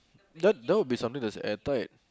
that that will be something that's airtight